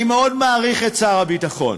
אני מאוד מעריך את שר הביטחון,